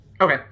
Okay